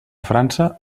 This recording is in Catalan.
frança